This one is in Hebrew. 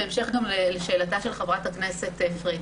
בהמשך לשאלתה של חברת הכנסת פרידמן.